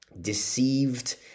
deceived